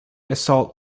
assault